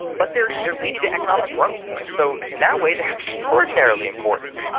but they are they are leading to economic growth. and so in that way they are extraordinarily important.